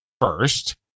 first